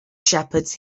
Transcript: shepherds